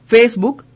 Facebook